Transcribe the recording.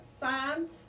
Signs